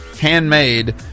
handmade